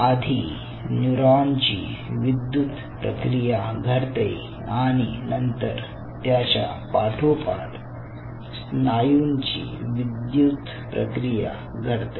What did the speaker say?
आधी न्यूरॉनची विद्युत प्रक्रिया घडते आणि नंतर त्याच्या पाठोपाठ स्नायूंची विद्युत प्रक्रिया घडते